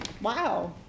Wow